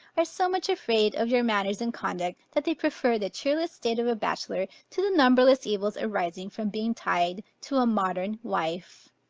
are so much afraid of your manners and conduct, that they prefer the cheerless state of a bachelor, to the numberless evils arising from being tied to a modern wife.